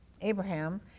Abraham